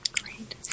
Great